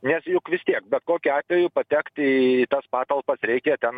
nes juk vis tiek bet kokiu atveju patekti į tas patalpas reikia ten